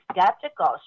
skeptical